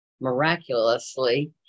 miraculously